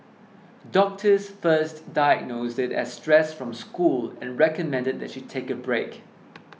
doctors first diagnosed it as stress from school and recommended that she take a break